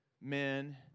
men